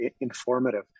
informative